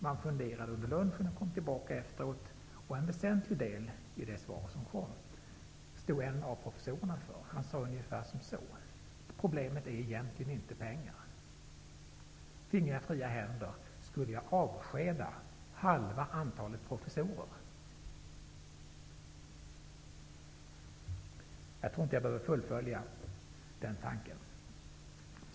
Man funderade över lunchen och kom tillbaka efteråt. En väsentlig del i det svar som sedan kom stod en av professorerna för. Han sade ungefär så här: Problemet är egentligen inte pengar. Finge jag fria händer skulle jag avskeda halva antalet professorer. Jag tror inte jag behöver fullfölja tankegången.